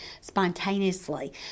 spontaneously